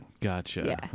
Gotcha